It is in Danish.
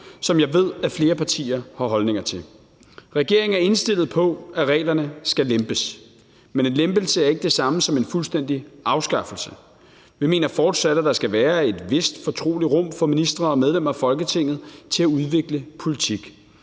som jeg ved at flere partier har holdninger til. Regeringen er indstillet på, at reglerne skal lempes, men en lempelse er ikke det samme som en fuldstændig afskaffelse. Vi mener fortsat, at der skal være et vist fortroligt rum for ministre og medlemmer af Folketinget til at udvikle politik,